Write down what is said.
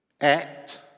act